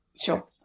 Sure